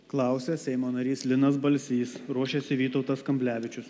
klausia seimo narys linas balsys ruošiasi vytautas kamblevičius